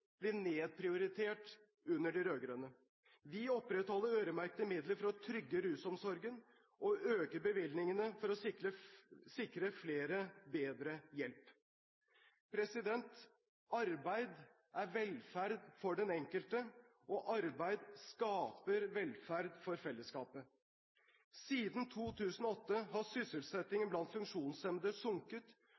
blir nedprioritert under de rød-grønne. Vi opprettholder øremerkede midler for å trygge rusomsorgen, og vi øker bevilgningene for å sikre flere bedre hjelp. Arbeid er velferd for den enkelte, og arbeid skaper velferd for fellesskapet. Siden 2008 har sysselsettingen blant funksjonshemmede sunket,